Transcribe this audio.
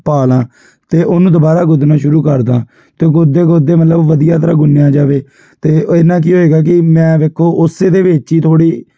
ਪਾ ਲਾ ਅਤੇ ਉਹਨੂੰ ਦੁਬਾਰਾ ਗੁੱਧਨਾ ਸ਼ੁਰੂ ਕਰਦਾ ਅਤੇ ਗੁੱਧਦੇ ਗੁੱਧਦੇ ਮਤਲਬ ਉਹ ਵਧੀਆ ਤਰ੍ਹਾਂ ਗੁੰਨਿਆ ਜਾਵੇ ਅਤੇ ਇਹਦੇ ਨਾਲ ਕੀ ਹੋਏਗਾ ਕਿ ਮੈਂ ਵੇਖੋ ਉਸੇ ਦੇ ਵਿੱਚ ਹੀ ਥੋੜ੍ਹੀ